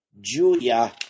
Julia